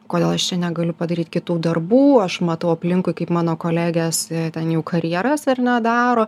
kodėl aš čia negaliu padaryt kitų darbų aš matau aplinkui kaip mano kolegės ten jau karjeras ar ne daro